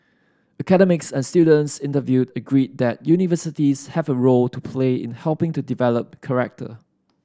academics and students interviewed agreed that universities have a role to play in helping to develop character